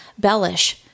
Bellish